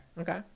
Okay